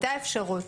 הייתה אפשרות,